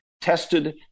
tested